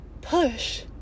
push